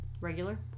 regular